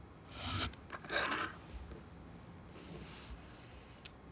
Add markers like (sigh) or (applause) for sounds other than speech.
(noise)